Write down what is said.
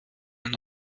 ein